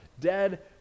dead